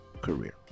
career